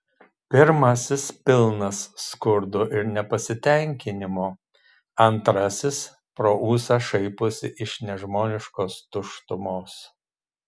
pirmasis pilnas skurdo ir nepasitenkinimo antrasis pro ūsą šaiposi iš nežmoniškos tuštumos